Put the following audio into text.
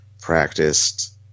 practiced